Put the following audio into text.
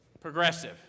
progressive